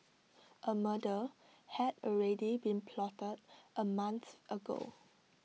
A murder had already been plotted A month ago